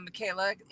Michaela